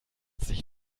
sich